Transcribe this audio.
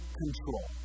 control